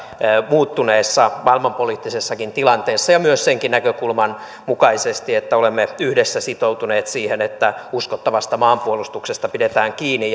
muuttuneessa maailmanpoliittisessakin tilanteessa ja myös senkin näkökulman mukaisesti että olemme yhdessä sitoutuneet siihen että uskottavasta maanpuolustuksesta pidetään kiinni